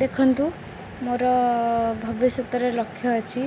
ଦେଖନ୍ତୁ ମୋର ଭବିଷ୍ୟତରେ ଲକ୍ଷ୍ୟ ଅଛି